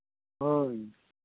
ᱦᱳᱭ